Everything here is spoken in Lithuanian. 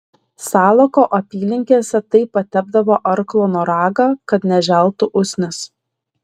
salako apylinkėse taip patepdavo arklo noragą kad neželtų usnys